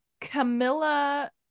camilla